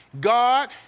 God